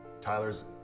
Tyler's